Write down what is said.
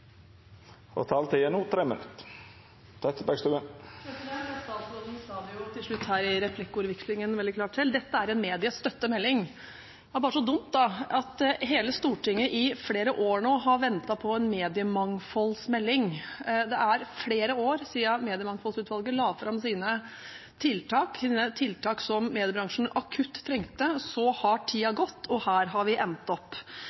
slutt her i replikkordvekslingen veldig klart selv: Dette er en mediestøttemelding. Det er bare så dumt, da, at hele Stortinget i flere år nå har ventet på en mediemangfoldsmelding. Det er flere år siden Mediemangfoldsutvalget la fram sine tiltak, tiltak som mediebransjen akutt trengte. Så har tiden gått, og her har vi endt opp,